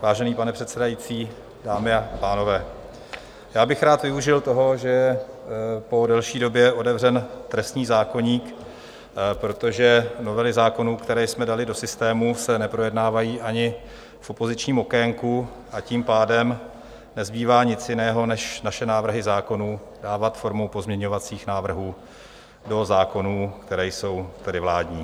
Vážený pane předsedající, dámy a pánové, já bych rád využil toho, že po delší době je otevřen trestní zákoník, protože novely zákonů, které jsme dali do systému, se neprojednávají ani v opozičním okénku, a tím pádem nezbývá nic jiného než naše návrhy zákonů dávat formou pozměňovacích návrhů do zákonů, které jsou vládní.